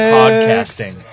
podcasting